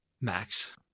max